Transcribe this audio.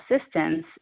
assistance